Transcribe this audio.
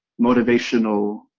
motivational